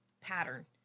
pattern